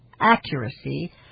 accuracy